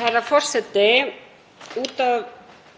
Herra forseti. Út af